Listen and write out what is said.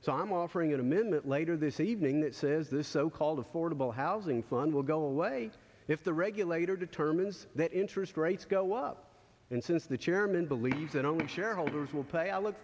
so i'm offering a minute later this evening that says this so called affordable housing fund will go away if the regulator determines that interest rates go up and since the chairman believes that only shareholders will pay i look